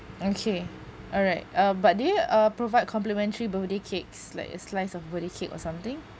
okay alright um but do you uh provide complimentary birthday cakes like a slice of birthday cake or something